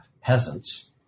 peasants